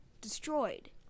destroyed